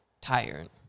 tired